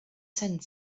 send